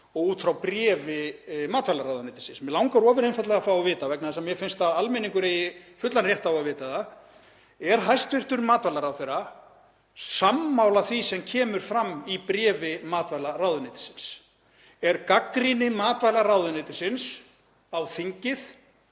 og út frá bréfi matvælaráðuneytisins. Mig langar ofureinfaldlega að fá að vita, vegna þess að mér finnst að almenningur eigi fullan rétt á að vita það: Er hæstv. matvælaráðherra sammála því sem kemur fram í bréfi matvælaráðuneytisins? Er gagnrýni matvælaráðuneytisins á þingið,